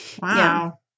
wow